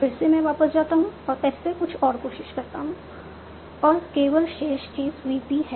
तो फिर से मैं वापस जाता हूं और एस से कुछ और कोशिश करता हूं और केवल शेष चीज VP है